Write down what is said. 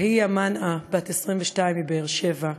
בהיא מנעא, בת 22, מבאר-שבע,